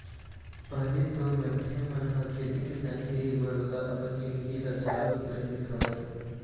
पहिली तो मनखे मन ह खेती किसानी के ही भरोसा अपन जिनगी ल चलावत रहिस हवय